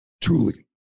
truly